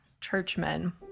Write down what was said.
churchmen